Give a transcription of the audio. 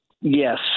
Yes